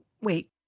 Wait